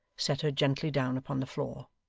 set her gently down upon the floor.